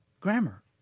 grammar